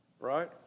right